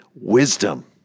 wisdom